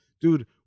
dude